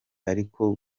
ariko